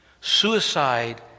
Suicide